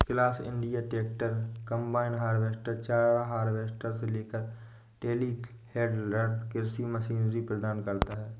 class India tractor, combine harvester, चारा harvester से लेकर टेलीहैंडलर कृषि मशीनरी प्रदान करता है